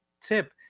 tip